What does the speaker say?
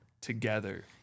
together